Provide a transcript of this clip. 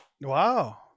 Wow